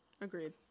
Agreed